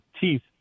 teeth